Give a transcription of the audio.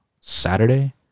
Saturday